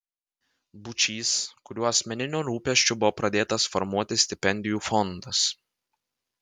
būčys kurio asmeniniu rūpesčiu buvo pradėtas formuoti stipendijų fondas